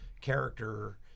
character